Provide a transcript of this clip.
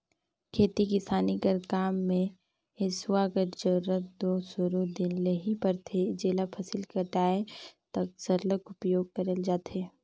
खेती किसानी कर काम मे हेसुवा कर जरूरत दो सुरू दिन ले ही परथे जेला फसिल कटाए तक सरलग उपियोग करल जाथे